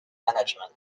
management